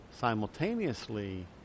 simultaneously